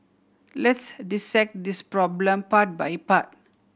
let's dissect this problem part by part